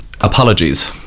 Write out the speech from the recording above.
Apologies